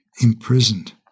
imprisoned